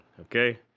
Okay